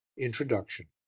introduction